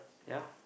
ya